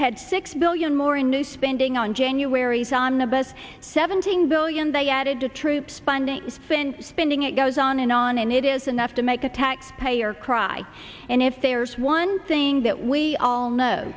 had six billion more in new spending on january the best seventeen billion they added to troop spending since spending it goes on and on and it is enough to make a taxpayer cry and if there's one thing that we all know